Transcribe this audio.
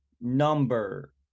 number